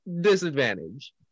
disadvantage